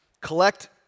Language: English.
collect